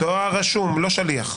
דואר רשום, לא שליח.